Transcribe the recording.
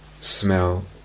smell